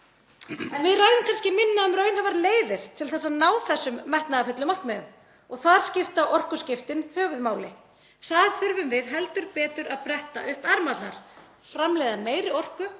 En við ræðum kannski minna um raunhæfar leiðir til að ná þessum metnaðarfullu markmiðum og þar skipta orkuskiptin höfuðmáli. Þar þurfum við heldur betur að bretta upp ermarnar, framleiða meiri orku,